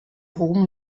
ruhm